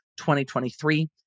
2023